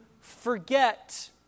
forget